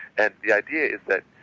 and the idea is that,